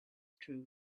true